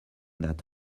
that